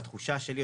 בתחושה שלי,